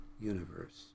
universe